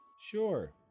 Sure